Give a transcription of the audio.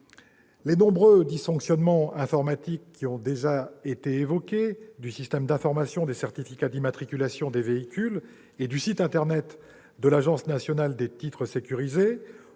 Les nombreux dysfonctionnements informatiques du système d'information des certificats d'immatriculation des véhicules et du site internet de l'Agence nationale des titres sécurisés,